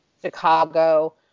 Chicago